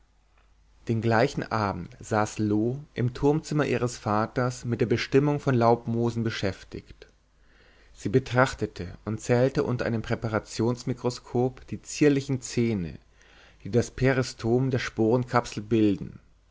den gleichen abend saß loo im turmzimmer ihres vaters mit der bestimmung von laubmoosen beschäftigt sie betrachtete und zählte unter einem präparationsmikroskop die zierlichen zähne die das peristom der sporenkapsel bilden